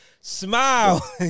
Smile